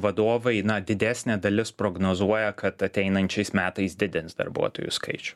vadovai na didesnė dalis prognozuoja kad ateinančiais metais didins darbuotojų skaičių